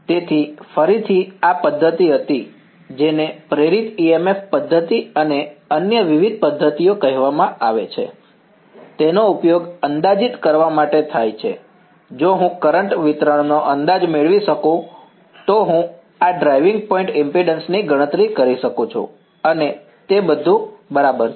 તેથી ફરીથી આ પદ્ધતિ હતી જેને પ્રેરિત EMF પદ્ધતિ અને અન્ય વિવિધ પદ્ધતિઓ કહેવામાં આવે છે તેનો ઉપયોગ અંદાજિત કરવા માટે થાય છે જો હું કરંટ વિતરણનો અંદાજ મેળવી શકું તો હું આ ડ્રાઇવિંગ પોઈન્ટ ઈમ્પિડન્સ ની ગણતરી કરી શકું છું અને તે બધું બરાબર છે